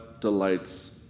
delights